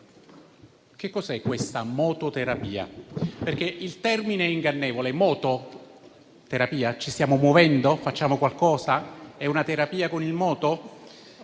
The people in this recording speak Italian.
Che cos'è la mototerapia? Il termine è ingannevole. Mototerapia: ci stiamo muovendo? Facciamo qualcosa? È una terapia con il moto?